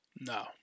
no